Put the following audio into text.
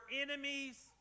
enemies